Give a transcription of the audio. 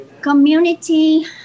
community